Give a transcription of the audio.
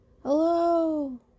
Hello